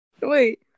Wait